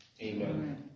Amen